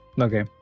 Okay